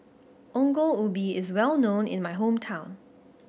Ongol Ubi is well known in my hometown